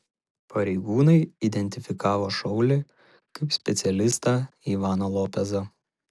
pareigūnai identifikavo šaulį kaip specialistą ivaną lopezą